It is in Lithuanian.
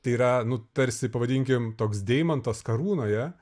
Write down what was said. tai yra nu tarsi pavadinkim toks deimantas karūnoje